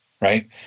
right